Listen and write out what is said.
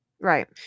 Right